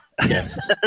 Yes